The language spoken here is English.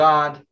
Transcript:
God